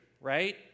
right